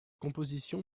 compositions